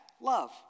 Love